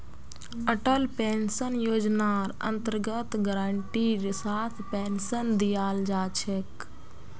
Atal pension योजनार अन्तर्गत गारंटीर साथ पेन्शन दीयाल जा छेक